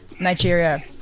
Nigeria